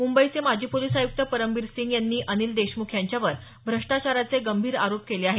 मुंबईचे माजी पोलीस आयुक्त परमबीर सिंग यांनी अनिल देशमुख यांच्यावर भ्रष्टाचाराचे गंभीर आरोप केले आहेत